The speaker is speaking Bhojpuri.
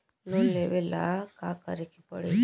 लोन लेवे ला का करे के पड़ी?